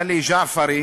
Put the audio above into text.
עלי ג'עפרי